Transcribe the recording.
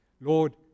Lord